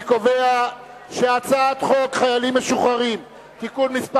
אני קובע שחוק קליטת חיילים משוחררים (תיקון מס'